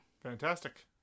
fantastic